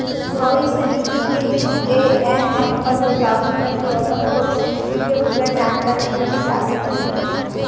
भविस्य निधि के यू.ए.एन नंबर ले लॉगिन करके अपन भविस्य निधि के पूरा जानकारी देखे जा सकत हे